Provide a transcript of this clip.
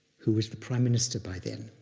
who was the prime minister by then.